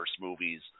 movies